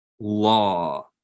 law